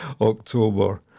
October